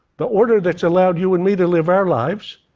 the order that's allowed you and me to live our lives,